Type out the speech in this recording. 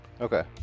Okay